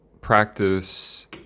practice